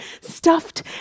stuffed